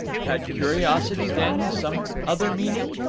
had curiosity, then, some other meaning?